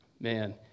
man